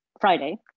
Friday